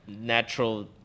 natural